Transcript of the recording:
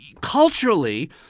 culturally—